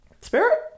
Spirit